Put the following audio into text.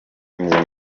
izo